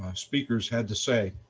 speakers had to say,